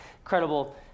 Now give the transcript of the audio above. incredible